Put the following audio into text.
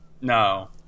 No